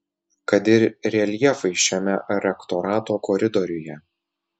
kad ir reljefai šiame rektorato koridoriuje